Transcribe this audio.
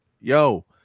Yo